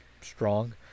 strong